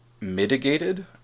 mitigated